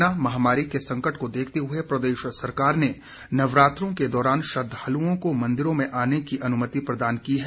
corona महामारी के संकट को देखते हए प्रदेश सरकार ने नवरात्रों के दौरान श्रद्धालुओं को मंदिरों में आने की अनुमति प्रदान की है